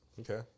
Okay